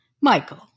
Michael